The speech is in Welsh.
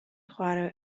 chwarae